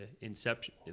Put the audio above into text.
inception